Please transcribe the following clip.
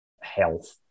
health